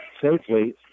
safely